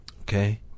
Okay